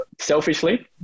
selfishly